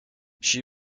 she